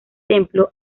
templo